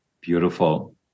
beautiful